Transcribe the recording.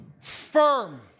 Firm